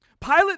Pilate